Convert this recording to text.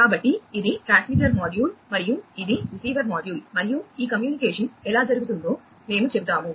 కాబట్టి ఇది transmitter module మరియు ఇది రిసీవర్ మాడ్యూల్ మరియు ఈ కమ్యూనికేషన్ ఎలా జరుగుతుందో మేము చూపుతాము